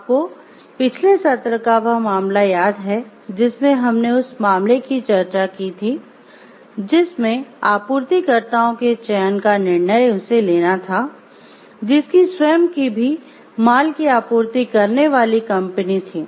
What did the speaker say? आपको पिछले सत्र का वह मामला याद है जिसमें हमने उस मामले की चर्चा की थी जिसमें आपूर्तिकर्ताओं के चयन का निर्णय उसे लेना था जिसकी स्वयं की भी माल की आपूर्ति करने वाली कंपनी थी